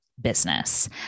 business